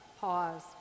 pause